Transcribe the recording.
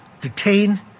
detain